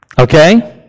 Okay